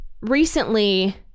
recently